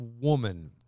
woman